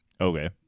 Okay